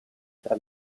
tre